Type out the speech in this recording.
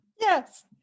Yes